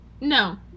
No